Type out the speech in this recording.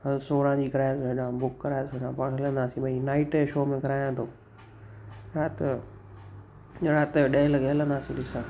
हल सोरहं जी कराए थो छॾां बुक कराए थो छॾां पाण हलंदासीं ॿई नाइट जे शो में करायां थो राति जो राति जो ॾहें लॻे हलंदासीं ॾिसणु